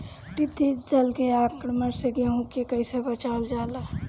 टिडी दल के आक्रमण से गेहूँ के कइसे बचावल जाला?